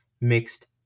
mixed